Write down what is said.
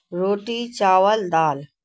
روٹی چاول دال